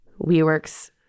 WeWork's